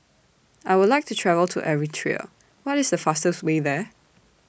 I Would like to travel to Eritrea What IS The fastest Way There